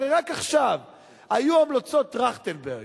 הרי רק עכשיו היו המלצות טרכטנברג,